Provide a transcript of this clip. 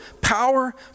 power